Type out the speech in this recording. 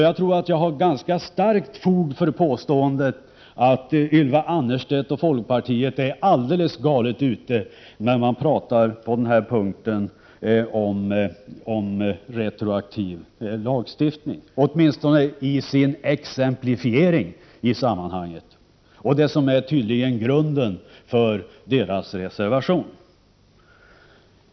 Jag tror att jag har ganska starkt fog för påståendet att Ylva Annerstedt och folkpartiet är alldeles galet ute när man pratar om retroaktiv lagstiftning, åtminstone i den exemplifiering man har gjort i sammanhanget och när det gäller det som tydligen är grunden för reservation 2.